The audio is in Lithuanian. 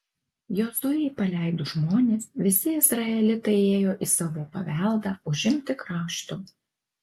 jozuei paleidus žmones visi izraelitai ėjo į savo paveldą užimti krašto